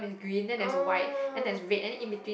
oh